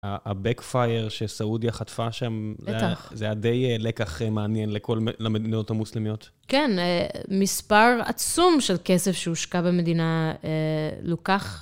הבקפאייר שסעודיה חטפה שם, בטח, זה היה די לקח מעניין לכל המדינות המוסלמיות. כן, מספר עצום של כסף שהושקע במדינה לוקח.